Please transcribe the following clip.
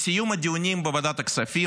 בסיום הדיונים בוועדת הכספים,